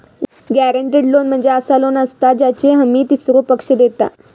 guaranteed loan म्हणजे असा loan असता ज्याची हमी तीसरो पक्ष देता